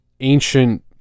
Ancient